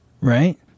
right